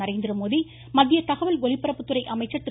நரேந்திரமோடி மத்திய தகவல் ஒலிபரப்புத்துறை அமைச்சர் திரு